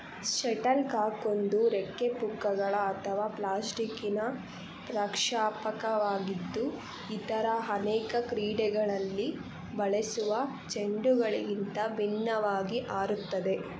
shuttlecock ಒಂದು ರೆಕ್ಕೆಪುಕ್ಕಗಳ ಅಥವಾ ಪ್ಲಾಸ್ಟಿಕ್ಕಿನ ಪ್ರಕ್ಷೇಪಕವಾಗಿದ್ದು ಇತರ ಅನೇಕ ಕ್ರೀಡೆಗಳಲ್ಲಿ ಬಳಸುವ ಚೆಂಡುಗಳಿಗಿಂತ ಭಿನ್ನವಾಗಿ ಹಾರುತ್ತದೆ